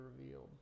revealed